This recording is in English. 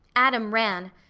adam ran,